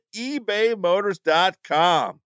ebaymotors.com